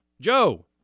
Joe